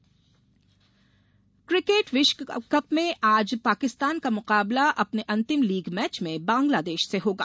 cricket cricket विश्वकप में आज पाकिस्तान का मुकाबला अपने अंतिम लीग मैच में बंगलादेश से होगा